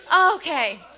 Okay